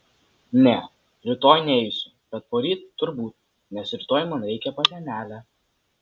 ne rytoj neisiu bet poryt turbūt nes rytoj man reikia pas senelę